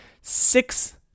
six